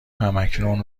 همکنون